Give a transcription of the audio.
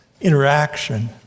interaction